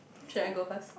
should I go first